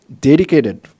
dedicated